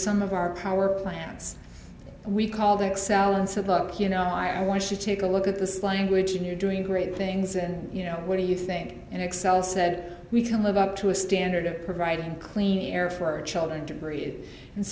some of our power plants we called excel and said look you know i want to take a look at this language and you're doing great things and you know what do you think and excel said we can live up to a standard of providing clean air for our children to read and